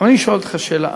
ואני שואל אותך שאלה אמיתית.